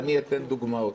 אני אתן דוגמאות.